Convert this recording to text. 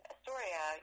Astoria